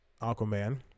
Aquaman